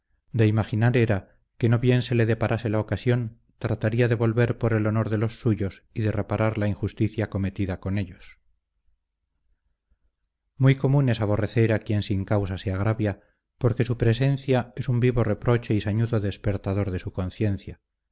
de imaginar era que no bien se le deparase la ocasión trataría de volver por el honor de los suyos y de reparar la injusticia cometida con ellos muy común es aborrecer a quien sin causa se agravia porque su presencia es un vivo reproche y sañudo despertador de su conciencia